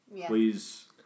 Please